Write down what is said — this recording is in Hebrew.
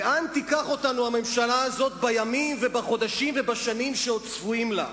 לאן תיקח אותנו הממשלה הזאת בימים ובחודשים ובשנים שעוד צפויים לה?